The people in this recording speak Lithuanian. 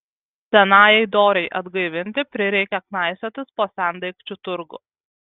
senajai dorei atgaivinti prireikė knaisiotis po sendaikčių turgų